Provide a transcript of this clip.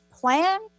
plan